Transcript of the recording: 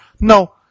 No